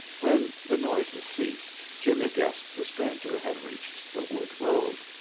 when the noises ceased, jimmie guessed the stranger had reached the wood road,